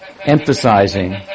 emphasizing